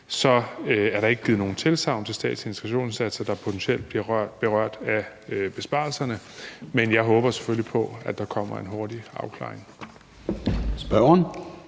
er der ikke givet noget tilsagn til statslige integrationsindsatser, der potentielt bliver berørt af besparelserne, men jeg håber selvfølgelig på, at der kommer en hurtig afklaring.